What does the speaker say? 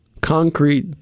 concrete